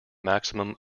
maximum